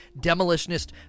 Demolitionist